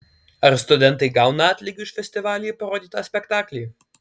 ar studentai gauna atlygį už festivalyje parodytą spektaklį